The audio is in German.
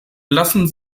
lassen